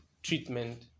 Treatment